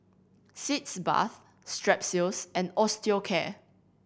Sitz Bath Strepsils and Osteocare